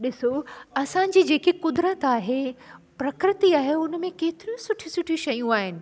ॾिसो असांजी जेकी कुदरत आहे प्रकृती आहे उनमें केतिरी सुठी सुठी शयूं आहिनि